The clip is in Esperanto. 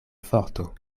forto